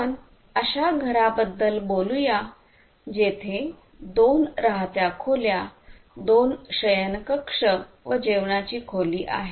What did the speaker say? आपण अशा घराबद्दल बोलूया जेथे 2 राहत्या खोल्या दोन शयनकक्ष व जेवणाची खोली आहे